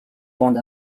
bande